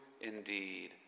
indeed